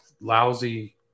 lousy